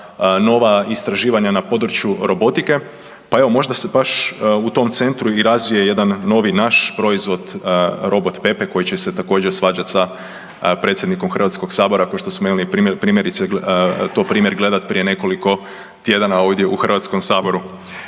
nova istraživanja na području robotike, pa evo možda se baš u tom centru razvije jedan novi naš proizvod robot Pepe koji će se također svađat sa predsjednikom HS-a kao što smo to imali primjerice to primjer gledat prije nekoliko tjedana ovdje u HS-u.